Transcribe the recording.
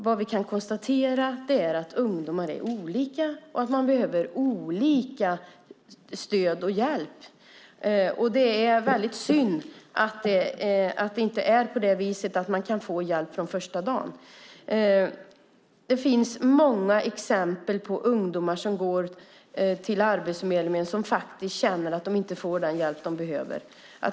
Vad vi kan konstatera är att ungdomar är olika och behöver olika stöd och hjälp. Det är synd att man inte kan få hjälp från första dagen. Det finns många exempel på ungdomar som går till Arbetsförmedlingen och där känner att de inte får den hjälp de behöver.